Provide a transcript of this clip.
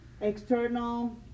external